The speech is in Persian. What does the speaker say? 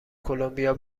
کلمبیا